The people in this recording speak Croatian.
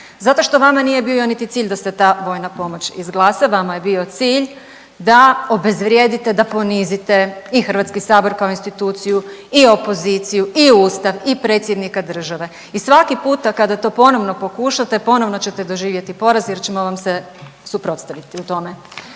Zato što vama nije bio niti cilj da se ta vojna pomoć izglasa. Vama je bio cilj da obezvrijedite, da ponizite i Hrvatski sabor kao instituciju i opoziciju i Ustav i predsjednika države. I svaki puta kada to ponovno pokušate ponovno ćete doživjeti poraz, jer ćemo vam se suprotstaviti u tome.